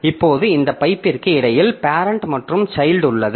இப்போது இந்த பைப்பிற்கு இடையில் பேரெண்ட் மற்றும் சைல்ட் உள்ளது